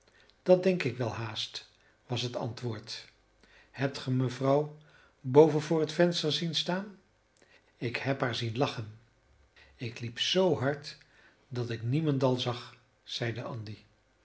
dat denk ik wel haast was het antwoord hebt ge mevrouw boven voor het venster zien staan ik heb haar zien lachen ik liep zoo hard dat ik niemendal zag zeide andy